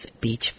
beach